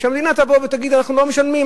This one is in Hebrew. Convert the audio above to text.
שהמדינה תבוא ותגיד: אנחנו לא משלמים,